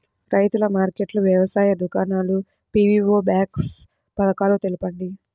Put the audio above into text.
రైతుల మార్కెట్లు, వ్యవసాయ దుకాణాలు, పీ.వీ.ఓ బాక్స్ పథకాలు తెలుపండి?